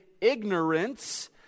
ignorance